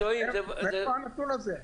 מאיפה הנתון הזה?